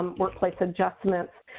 workplace adjustments.